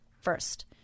first